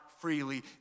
freely